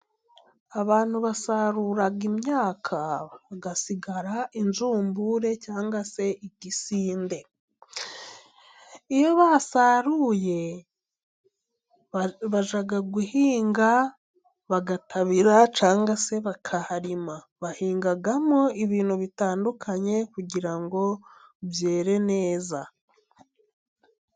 Abantu basarura imyaka hagasigara injumbure cyangwa se igisinde. Iyo basaruye bajya guhinga, bagatabira cyangwa se bakaharima, bahingamo ibintu bitandukanye kugira ngo byere neza.